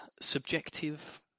subjective